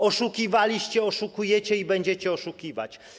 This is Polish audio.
Oszukiwaliście, oszukujecie i będziecie oszukiwać.